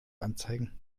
anzeigen